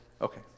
Okay